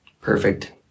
Perfect